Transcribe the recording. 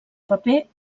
paper